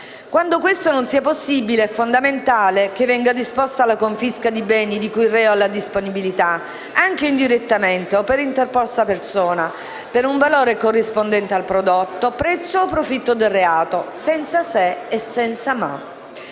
Quando questo non sia possibile, è fondamentale che venga disposta la confisca di beni di cui il reo ha la disponibilità, anche indirettamente o per interposta persona, per un valore corrispondente al prodotto, prezzo o profitto del reato, senza se e senza ma.